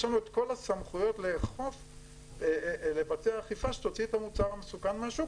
יש לנו את כל הסמכויות לבצע אכיפה שתוציא את המוצר המסוכן מהשוק,